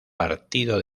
partido